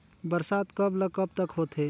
बरसात कब ल कब तक होथे?